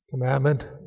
commandment